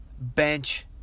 bench